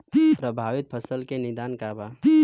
प्रभावित फसल के निदान का बा?